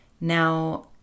now